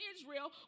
Israel